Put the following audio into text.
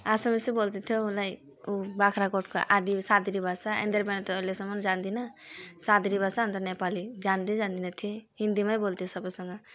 आसामिसै बोल्दैथिएँ मलाई ऊ बाख्राकोटको आदि सादरी भाषा एन्दरबेन त अहिलेसम्मन जान्दिनँ सादरी भाषा अनि त नेपाली जान्दै जान्दिनथेँ हिन्दीमै बोल्थेँ सबैसँग